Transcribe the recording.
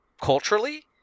culturally